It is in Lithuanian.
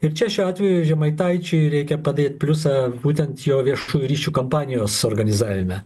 ir čia šiuo atveju žemaitaičiui reikia padėt pliusą būtent jo viešųjų ryšių kampanijos organizavime